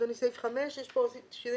אדוני סעיף 5. יש פה שינויים,